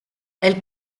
elle